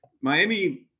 Miami